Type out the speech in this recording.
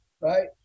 Right